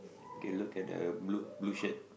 okay look at the blue blue shirt